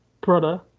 brother